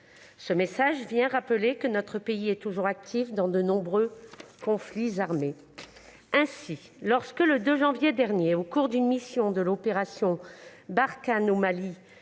Ce message vient rappeler que notre pays est toujours actif dans de nombreux conflits armés. Ainsi, lorsque le 2 janvier dernier, au cours d'une mission de l'opération Barkhane au Mali,